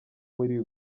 muri